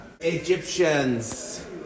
Egyptians